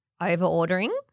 over-ordering